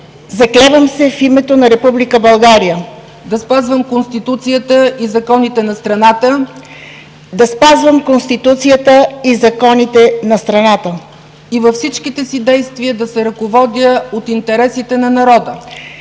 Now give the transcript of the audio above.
„Заклевам се в името на Република България да спазвам Конституцията и законите на страната и във всичките си действия да се ръководя от интересите на народа.